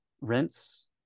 rents